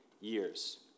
years